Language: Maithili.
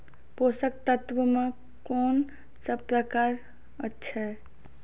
पोसक तत्व मे कून सब प्रकार अछि?